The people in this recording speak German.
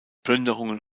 plünderungen